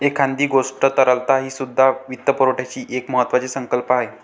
एखाद्या गोष्टीची तरलता हीसुद्धा वित्तपुरवठ्याची एक महत्त्वाची संकल्पना आहे